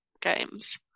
games